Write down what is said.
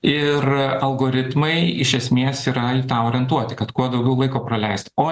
ir algoritmai iš esmės yra į tą orientuoti kad kuo daugiau laiko praleisti o